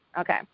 Okay